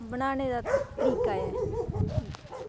बनाने दा तरीका ऐ